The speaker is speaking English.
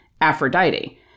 Aphrodite